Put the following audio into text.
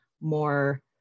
more